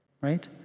Right